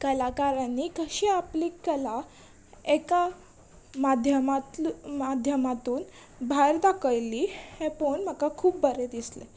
कलाकारांनी कशी आपली कला एका माध्यमात्लू माध्यमांतून भायर दाखयल्ली हें पोवन म्हाका खूब बरें दिसलें